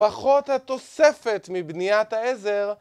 פחות התוספת מבניית העזר